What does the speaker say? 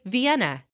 Vienna